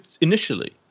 initially